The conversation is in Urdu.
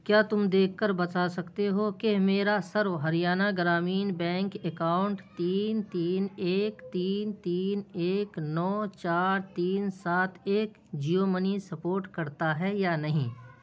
کیا تم دیکھ کر بتا سکتے ہو کہ میرا سرو ہریانہ گرامین بینک اکاؤنٹ تین تین ایک تین تین ایک نو چار تین سات ایک جیو منی سپورٹ کرتا ہے یا نہیں